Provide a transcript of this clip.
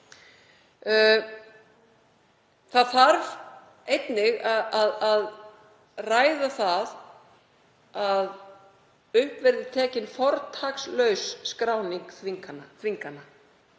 Það þarf einnig að ræða að upp verði tekin fortakslaus skráning þvingana,